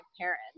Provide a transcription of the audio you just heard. parents